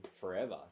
forever